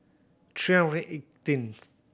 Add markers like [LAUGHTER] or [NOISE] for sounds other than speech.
three [UNINTELLIGIBLE] eighteenth